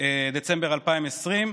בדצמבר 2020,